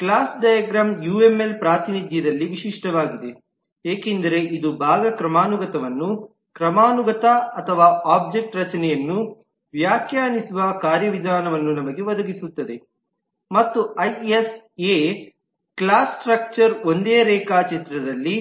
class diagram UML ಪ್ರಾತಿನಿಧ್ಯದಲ್ಲಿ ವಿಶಿಷ್ಟವಾಗಿದೆ ಏಕೆಂದರೆ ಇದು ಭಾಗ ಕ್ರಮಾನುಗತವನ್ನು ಕ್ರಮಾನುಗತ ಅಥವಾ ಆಬ್ಜೆಕ್ಟ್ ರಚನೆಯನ್ನು ವ್ಯಾಖ್ಯಾನಿಸುವ ಕಾರ್ಯವಿಧಾನವನ್ನು ನಮಗೆ ಒದಗಿಸುತ್ತದೆ ಮತ್ತು ಐಎಸ್ ಎ ಕ್ಲಾಸ್ ಸ್ಟ್ರಕ್ಚರ್ ಒಂದೇ ರೇಖಾಚಿತ್ರದಲ್ಲಿ